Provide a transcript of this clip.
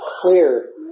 clear